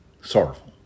sorrowful